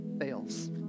fails